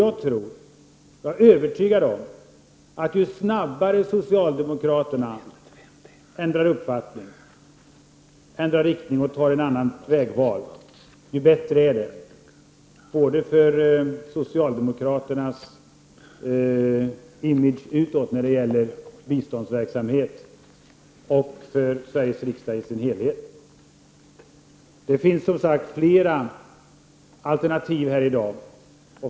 Jag är övertygad om att ju snabbare socialdemokraterna ändrar uppfattning och riktning och tar en annan väg, desto bättre är det både för socialdemokraternas image utåtnär det gäller biståndsverksamhet och för Sveriges riksdag i dess helhet. Det finns som sagt fler alternativ här i dag.